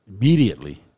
immediately